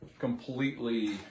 completely